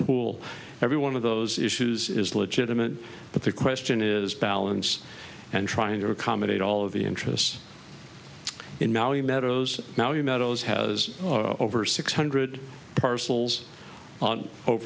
pool every one of those issues is legitimate but the question is balance and trying to accommodate all of the interests in maui meadows now you meadows has over six hundred parcels o